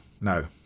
no